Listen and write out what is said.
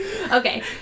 Okay